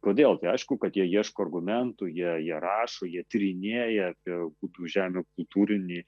kodėl tai aišku kad jie ieško argumentų jie jie rašo jie tyrinėja apie gudų žemių kultūrinį